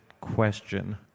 question